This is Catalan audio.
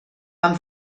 van